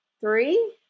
three